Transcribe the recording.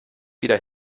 wieder